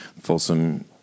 Folsom